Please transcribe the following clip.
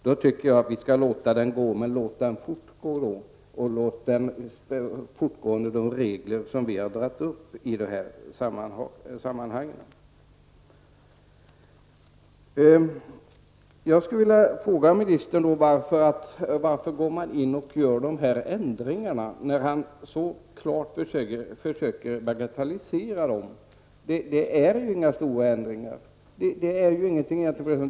Då tycker jag att vi skall låta omställningen fortgå under de regler som vi har dragit upp. Jag skulle vilja fråga jordbruksministern: Varför går man in och gör de här ändringarna, när jordbruksministern så klart försöker bagatellisera dem? Det är inga stora ändringar.